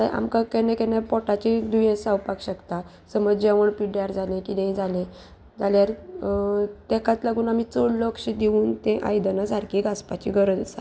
आमकां केन्ना केन्ना पोटाचे दुयेंस जावपाक शकता समज जेवण पिड्ड्यार जालें किदेंय जालें जाल्यार तेकाच लागून आमी चड लक्ष दिवन तें आयदनां सारकीं घासपाची गरज आसा